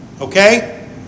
Okay